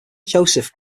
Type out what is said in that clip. josef